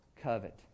covet